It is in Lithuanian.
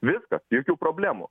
viskas jokių problemų